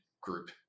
group